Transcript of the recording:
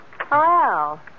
Hello